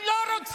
אתה לא מתבייש?